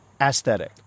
aesthetic